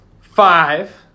Five